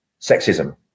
sexism